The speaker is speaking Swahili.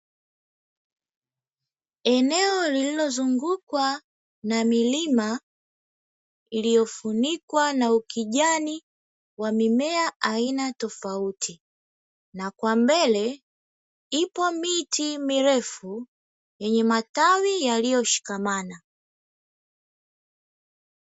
Eneo lililozungukwa na milima, iliyofunikwa na ukijani wa mimea aina tofauti na kwa mbele, ipo miti mirefu yenye matawi yaliyoshikamana.